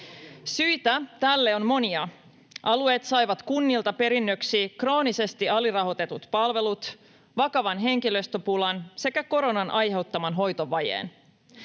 Syitä tälle on monia. Alueet saivat kunnilta perinnöksi kroonisesti alirahoitetut palvelut, vakavan henkilöstöpulan sekä koronan aiheuttaman hoitovajeen.